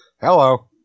Hello